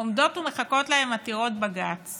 עומדות ומחכות להן עתירות לבג"ץ